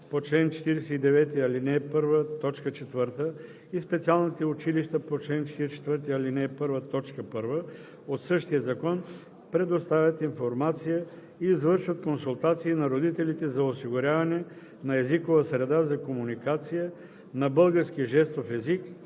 по чл. 49, ал. 1, т. 4 и специалните училища по чл. 44, ал. 1, т. 1 от същия закон предоставят информация и извършват консултации на родителите за осигуряване на езикова среда за комуникация на български жестов език